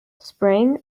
sprang